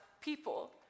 people